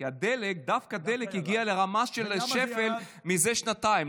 כי דווקא הדלק הגיע לרמה של שפל מזה שנתיים,